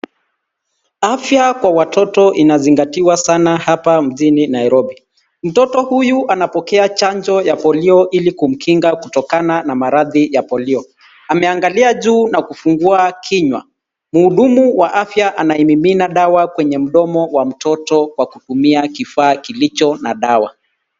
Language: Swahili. Afya kwa watoto inazingatiwa sana hapa mjini Nairobi. Mtoto huyu anapokea chanjo ya polio ili kumkinga kutokana na maradhi ya polio. Ameangalia juu na kufungua kinywa. Mhudumu wa afya anaimimina dawa kwenye mdomo wa mtoto kwa kutumia kifaa kilicho na dawa.